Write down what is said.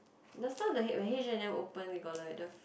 the start when H-and-M open they got like the